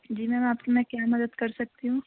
جی ma'am آپ کی میں کیا مدد کر سکتی ہوں